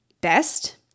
best